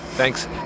Thanks